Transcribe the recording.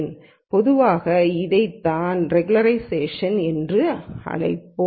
இதைத்தான் பொதுவாக ரெகுலராய்சேஷன் என்று அழைக்கப்படுகிறது